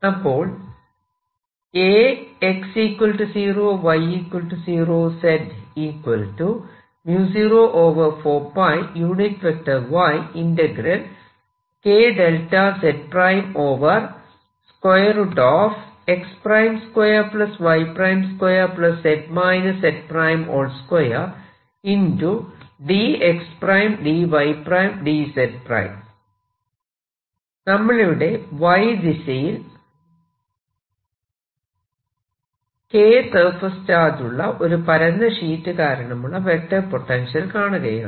അപ്പോൾ നമ്മളിവിടെ Y ദിശയിൽ K സർഫേസ് ചാർജുള്ള ഒരു പരന്ന ഷീറ്റ് കാരണമുള്ള വെക്റ്റർ പൊട്ടൻഷ്യൽ കാണുകയാണ്